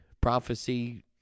prophecy